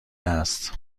است